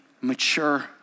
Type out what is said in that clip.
mature